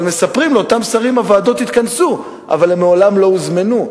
אבל מספרים לאותם שרים שהוועדות התכנסו אבל הם מעולם לא הוזמנו.